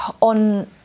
on